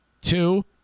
two